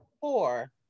Four